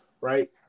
right